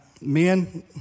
men